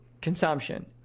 consumption